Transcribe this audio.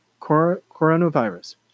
coronavirus